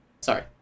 Sorry